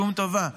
שום טובה.